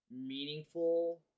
meaningful